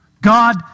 God